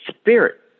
spirit